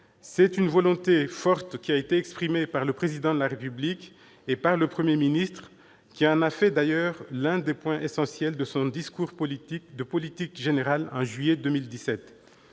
c'est une volonté forte qui a été exprimée par le Président de la République et par le Premier ministre, qui en a fait d'ailleurs l'un des points essentiels de son discours de politique générale de juillet 2017.